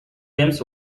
james